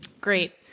Great